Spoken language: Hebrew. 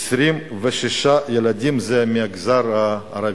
26 ילדים מהמגזר הערבי.